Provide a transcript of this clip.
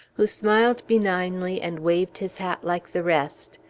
who smiled benignly and waved his hat like the rest.